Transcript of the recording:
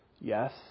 Yes